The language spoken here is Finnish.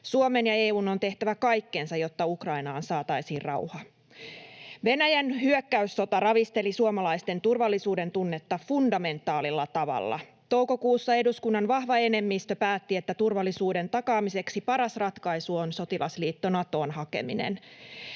Suomen ja EU:n on tehtävä kaikkensa, jotta Ukrainaan saataisiin rauha.[Ben Zyskowicz: Hyvä!] Venäjän hyökkäyssota ravisteli suomalaisten turvallisuudentunnetta fundamentaalilla tavalla. Toukokuussa eduskunnan vahva enemmistö päätti, että turvallisuuden takaamiseksi paras ratkaisu on sotilasliitto Natoon hakeminen.